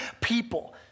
people